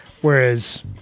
whereas